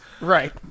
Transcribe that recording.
Right